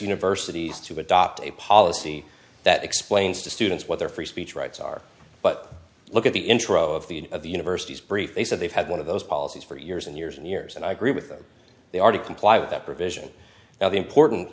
universities to adopt a policy that explains to students what their free speech rights are but look at the intro of the end of the university's brief they said they've had one of those policies for years and years and years and i agree with them they are to comply with that provision now the important